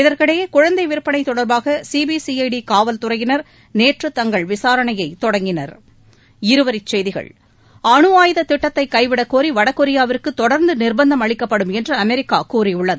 இதற்கிடையே குழந்தை விற்பனை தொடர்பாக சிபிசிஐடி காவல்துறையினர் நேற்று தங்கள் விசாரணை தொடங்கினர் அனுஆயுத திட்டத்தை கைவிடக்கோரி வடகொரியாவுக்கு தொடர்ந்து நிர்பந்தம் அளிக்கப்படும் என்று அமெரிக்கா கூறியுள்ளது